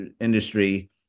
industry